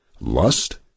lust